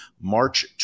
march